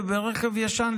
וברכב ישן,